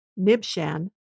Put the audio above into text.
Nibshan